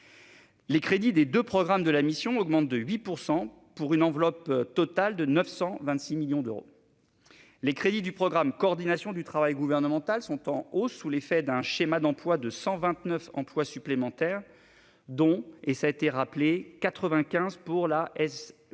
Les crédits des deux programmes de la mission augmentent de 8 %, pour une enveloppe totale de 926 millions d'euros. Les crédits du programme « Coordination du travail gouvernemental » sont en hausse sous l'effet d'un schéma d'emplois de 129 emplois supplémentaires, dont 95 pour le SGDSN